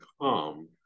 calm